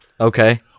Okay